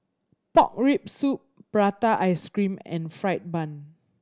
pork rib soup prata ice cream and fried bun